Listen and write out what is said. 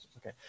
Okay